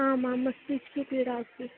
आम् आं मस्तिस्के पीडा अस्ति